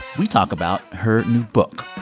we talk about her new book